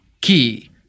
key